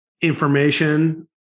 information